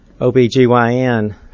OBGYN